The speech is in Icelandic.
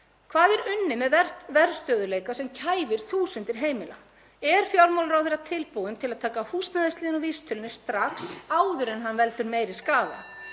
Hvað er unnið með verðstöðugleika sem kæfir þúsundir heimila? Er fjármálaráðherra tilbúinn til að taka húsnæðisliðinn úr vísitölunni strax áður en hann veldur meiri skaða?